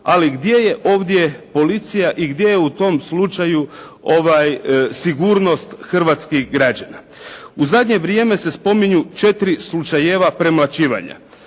ali gdje je ovdje policija i gdje je u tom slučaju sigurnost hrvatskih građana. U zadnje vrijeme se spominju 4 slučajeva premlaćivanja.